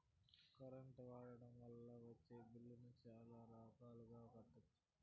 current వాడకం వల్ల వచ్చే బిల్లులను చాలా రకాలుగా కట్టొచ్చు